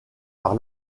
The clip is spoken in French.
par